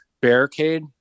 barricade